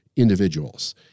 individuals